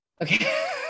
okay